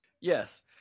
Yes